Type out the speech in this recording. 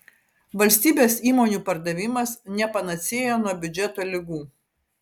valstybės įmonių pardavimas ne panacėja nuo biudžeto ligų